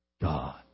God